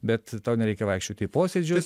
bet tau nereikia vaikščioti į posėdžius